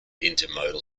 intermodal